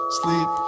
sleep